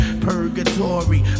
Purgatory